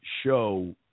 show